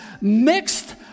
mixed